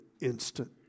instant